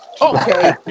Okay